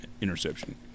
interception